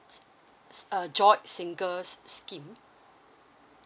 s~ s~ uh joint single s~ scheme